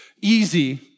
easy